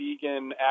vegan